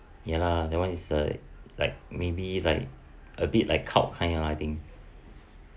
ya lah that [one] is like like maybe like a bit like cult kind lah I think